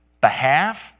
behalf